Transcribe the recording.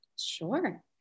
sure